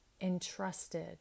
entrusted